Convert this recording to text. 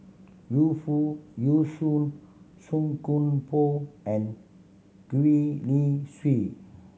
Yu Foo Yee Shoon Song Koon Poh and Gwee Li Sui